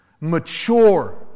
mature